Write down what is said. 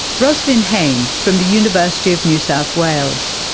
roslynn haynes from the university of new south wales.